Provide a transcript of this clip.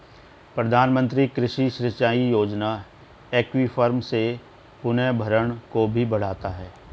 प्रधानमंत्री कृषि सिंचाई योजना एक्वीफर्स के पुनर्भरण को भी बढ़ाता है